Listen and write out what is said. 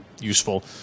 useful